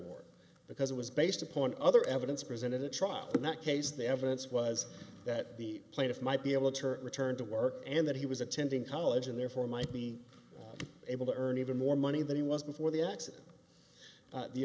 ward because it was based upon other evidence presented at trial in that case the evidence was that the plaintiff might be able to return to work and that he was attending college and therefore might be able to earn even more money than he was before the accident